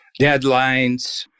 deadlines